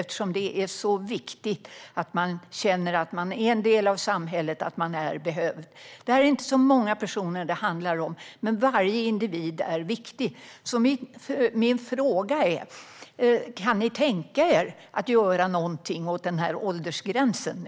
Det är ju så viktigt att känna att man är en del av samhället och att man är behövd. Det handlar inte om så många personer, men varje individ är viktig. Kan ni tänka er att göra något åt åldersgränsen?